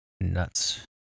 Nuts